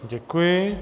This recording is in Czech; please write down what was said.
Děkuji.